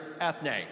ethne